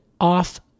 off